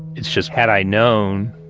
it's just had i known,